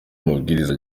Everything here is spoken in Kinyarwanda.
amabwiriza